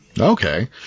Okay